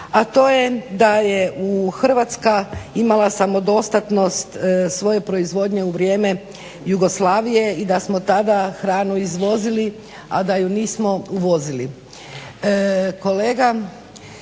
a to je da je Hrvatska imala samodostatnost svoje proizvodnje u vrijeme Jugoslavije i da smo tada hranu izvozili, a da ju nismo uvozili.